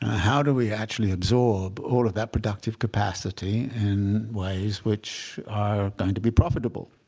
how do we actually absorb all of that productive capacity in ways which are going to be profitable?